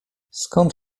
skąd